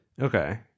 okay